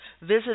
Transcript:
visit